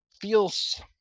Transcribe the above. feels